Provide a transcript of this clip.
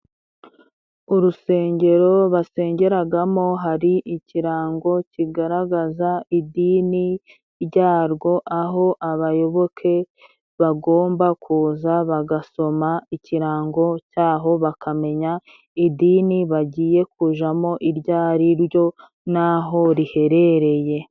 Urusengero basengeragamo hari ikirango kigaragaza idini ryarwo aho abayoboke bagomba kuza bagasoma ikirango cyaho bakamenya idini bagiye kujamo iryo ari ryo n'aho riherereye.